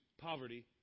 poverty